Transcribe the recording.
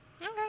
Okay